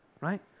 right